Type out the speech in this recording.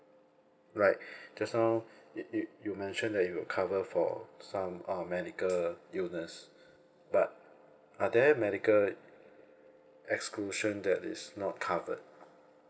like just now you you you mention that it will cover for some um medical illness but are there medical exclusion that is not covered